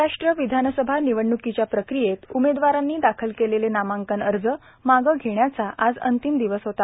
महाराष्ट्र विधानसभा निवडणुकीच्या प्रक्रियेत उमेदवारांनी दाखल केलेले नामांकन अर्ज मागं घेण्याचा आज अंतिम दिवस आहे